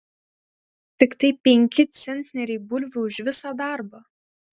tiktai penki centneriai bulvių už visą darbą